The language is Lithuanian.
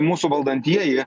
mūsų valdantieji